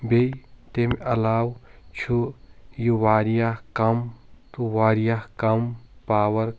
بییٚہ تیٚمہِ علاوٕ چھُ یہِ واریاہ کم تہٕ واریاہ کم پاور